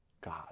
God